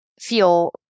feel